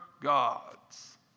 gods